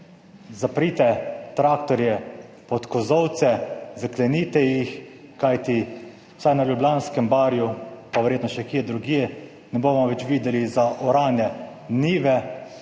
zaprite traktorje pod kozolce, zaklenite jih, kajti vsaj na Ljubljanskem barju, pa verjetno še kje drugje, ne bomo več videli zorane njive,